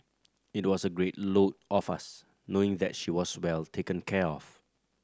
it was a great load off us knowing that she was well taken care of